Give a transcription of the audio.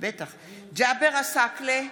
ג'אבר עסאקלה,